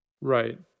Right